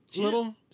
little